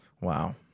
Wow